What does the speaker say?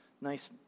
Nice